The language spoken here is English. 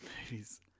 movies